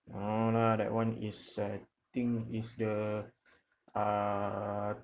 no lah that one is I think is the uh